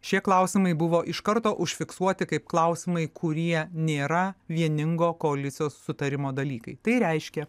šie klausimai buvo iš karto užfiksuoti kaip klausimai kurie nėra vieningo koalicijos sutarimo dalykai tai reiškia